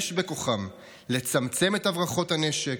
יש בכוחם לצמצם את הברחות הנשק,